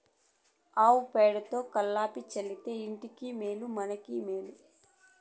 ఆవు పేడతో కళ్లాపి చల్లితే ఇంటికి మేలు మనకు మేలు